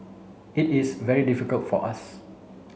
it is very difficult for us